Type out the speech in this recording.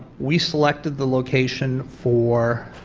we selected the location for